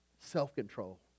Self-control